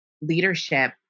leadership